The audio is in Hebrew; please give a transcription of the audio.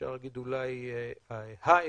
אפשר להגיד אולי האפקטיבי,